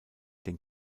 den